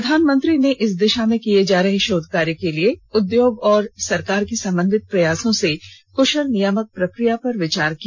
प्रधानमंत्री ने इस दिषा में किये जा रहे शोधकार्य के लिए उद्योग और सरकार के समन्वित प्रयासों से क्शल नियामक प्रक्रिया पर विचार किया